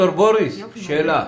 יש לי שאלה.